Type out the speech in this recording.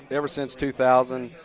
ever since two thousand.